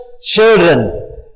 children